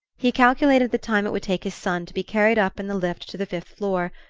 he calculated the time it would take his son to be carried up in the lift to the fifth floor,